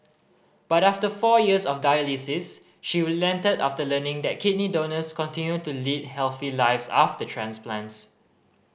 but after four years of dialysis she relented after learning that kidney donors continue to lead healthy lives after transplants